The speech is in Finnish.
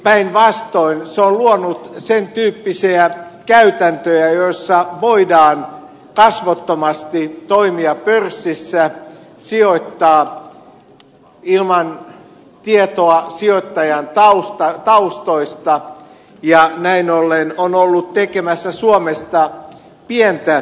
päinvastoin se on luonut sen tyyppisiä käytäntöjä joissa voidaan kasvottomasti toimia pörssissä sijoittaa ilman tietoa sijoittajan taustoista ja näin ollen on ollut tekemässä suomesta pientä veroparatiisia